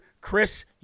Chris